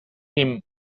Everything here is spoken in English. him